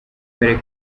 karere